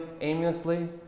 aimlessly